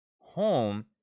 home